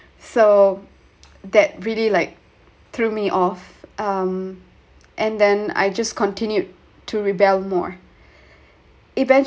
so that really like threw me off um and then I just continued to rebel more